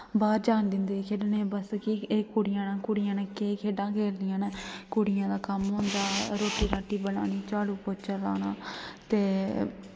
बाह्र जान दिंदे खेढनै बास्तै कि के एह् कुड़ियां न कुड़ियां न केह् खेढां खेलनियां न कुड़ियें दा कम्म होंदा रोटी रुट्टी बनानी झाड़ू पोह्चा लाना ते